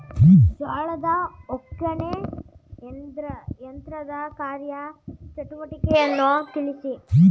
ಜೋಳದ ಒಕ್ಕಣೆ ಯಂತ್ರದ ಕಾರ್ಯ ಚಟುವಟಿಕೆಯನ್ನು ತಿಳಿಸಿ?